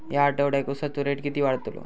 या आठवड्याक उसाचो रेट किती वाढतलो?